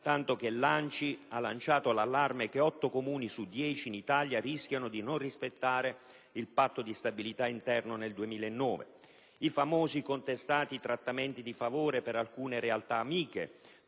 tanto che l'ANCI ha lanciato l'allarme che otto Comuni su dieci in Italia rischiano di non rispettare il Patto di stabilità interno nel 2009; i famosi contestati trattamenti di favore per alcune realtà amiche,